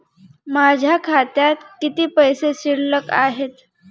माझ्या खात्यात किती पैसे शिल्लक आहेत?